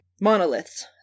monoliths